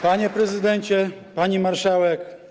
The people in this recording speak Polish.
Panie Prezydencie! Pani Marszałek!